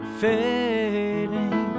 fading